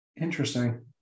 Interesting